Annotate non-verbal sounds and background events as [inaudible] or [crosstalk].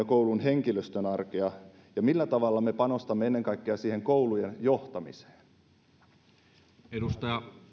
[unintelligible] koulun henkilöstön arkea panostaa siihen ja millä tavalla me panostamme ennen kaikkea koulujen johtamiseen arvoisa